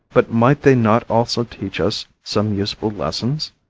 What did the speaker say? but might they not also teach us some useful lessons?